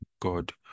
god